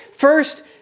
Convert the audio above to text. First